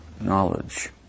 knowledge